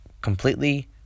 completely